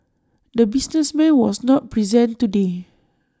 the businessman was not present today